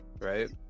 Right